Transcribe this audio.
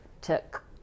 took